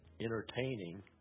entertaining